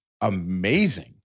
amazing